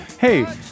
hey